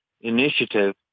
initiative